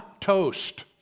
Toast